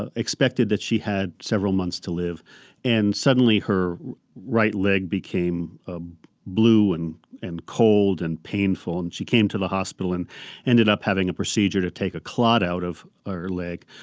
ah expected that she had several months to live and suddenly her right leg became ah blue and and cold and painful. she came to the hospital and ended up having a procedure to take a clot out of ah her leg.